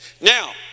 Now